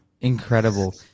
Incredible